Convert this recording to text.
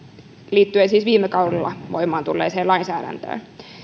liittyen siis viime kaudella voimaan tulleeseen lainsäädäntöön